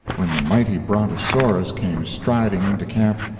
when the mighty brontosaurus came striding into camp,